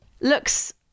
looks